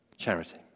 charity